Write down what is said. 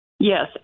Yes